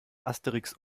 asterix